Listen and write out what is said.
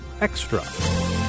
Extra